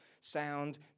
sound